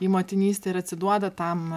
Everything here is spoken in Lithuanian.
į motinystę ir atsiduoda tam